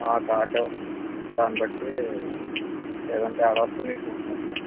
card దాని బట్టి ఏదైన తేడా వస్తే మీకు ఫోన్ చేస్తాను